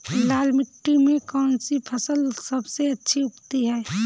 लाल मिट्टी में कौन सी फसल सबसे अच्छी उगती है?